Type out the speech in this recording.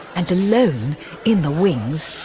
and alone in the wings,